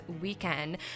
weekend